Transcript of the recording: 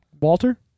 Walter